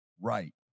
right